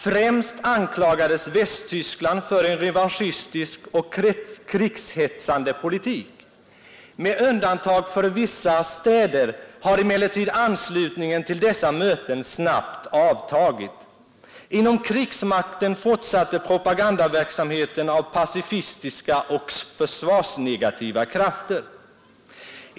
Främst anklagades Västtyskland för en revanschistisk och krigshetsande politik. Med undantag för vissa städer har emellertid anslutningen till dessa möten snabbt avtagit. Inom krigsmakten fortsatte propagandaverksamheten av pacifistiska och försvarsnegativa krafter.